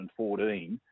2014